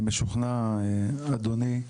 אני משוכנע, אדוני,